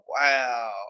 wow